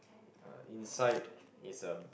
uh inside is a